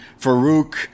Farouk